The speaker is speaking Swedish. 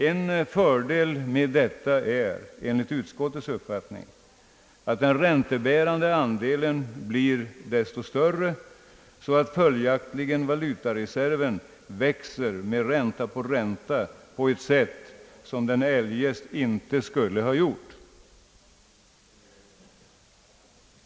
En fördel med detta är, enligt utskottets uppfattning, att den räntebärande andelen blir desto större så att valutareserven följaktligen växer med ränta på ränta på ett sätt som den eljest inte skulle ha gjort.